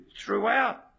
throughout